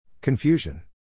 Confusion